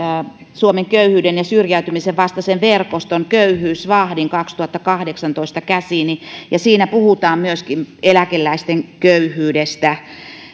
suomen köyhyyden ja syrjäytymisen vastaisen verkoston köyhyysvahti kaksituhattakahdeksantoistan käsiini ja siinä puhutaan myöskin eläkeläisten köyhyydestä